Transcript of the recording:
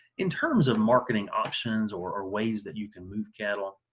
in terms of marketing options or are ways that you can move cattle,